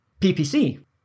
PPC